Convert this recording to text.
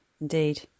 indeed